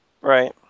Right